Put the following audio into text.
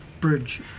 bridge